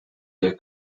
der